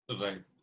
Right